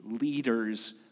leaders